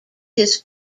his